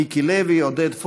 מיקי לוי ועודד פורר.